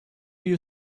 you